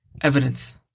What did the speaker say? evidence